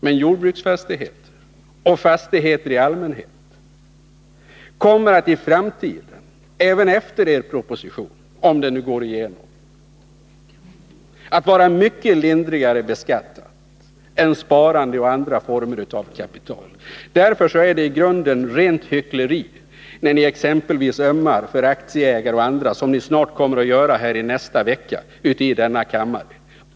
Men jordbruksfastigheter och fastigheter i allmänhet kommer i framtiden — även efter er proposition, om den nu går igenom — att vara mycket lindrigare beskattade än sparmedel och andra former av kapital. Därför är det i grunden rent hyckleri när ni exempelvis ömmar för aktieägare och andra — som ni kommer att göra här i denna kammare nästa vecka.